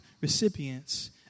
recipients